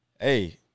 Hey